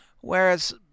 Whereas